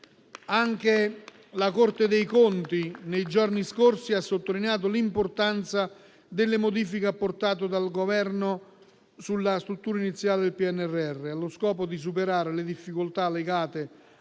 Anche la Corte dei conti nei giorni scorsi ha sottolineato l'importanza delle modifiche apportate dal Governo alla struttura iniziale del PNRR allo scopo di superare le difficoltà legate